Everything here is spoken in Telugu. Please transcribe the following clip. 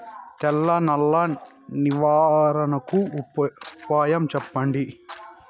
తెల్ల నల్లి నివారణకు ఉపాయం చెప్పండి?